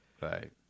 Right